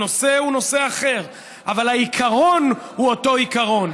הנושא הוא נושא אחר, אבל העיקרון הוא אותו עיקרון.